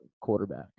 quarterback